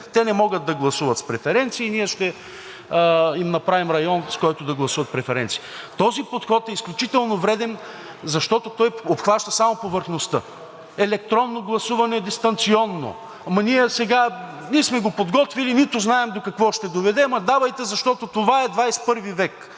те не могат да гласуват с преференции, и ние ще им направим район, в който да гласуват с преференции. Този подход е изключително вреден, защото той обхваща само повърхността – електронно гласуване, дистанционно. Ама ние сега, ние сме го подготвили, нито знаем до какво ще доведе, ама, давайте, защото това е XXI век.